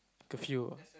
curfew ah